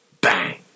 Bang